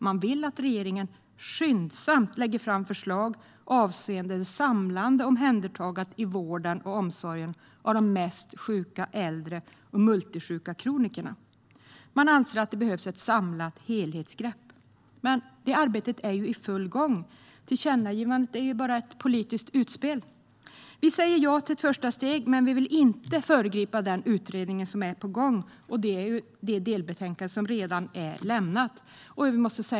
Man vill att regeringen skyndsamt ska lägga fram förslag avseende det samlade omhändertagandet i vården och omsorgen av de mest sjuka äldre och de multisjuka kronikerna. Man anser att det behövs ett samlat helhetsgrepp. Men arbetet är ju i full gång, så tillkännagivandet är bara ett politiskt utspel. Vi säger ja till ett första steg, men vi vill inte föregripa den utredning som är på gång. Ett delbetänkande är redan lämnat.